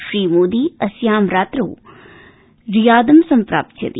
श्री मोदी अस्यां रात्रौ रियादं सम्प्राप्स्यति